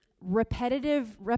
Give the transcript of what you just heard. repetitive